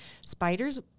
Spiders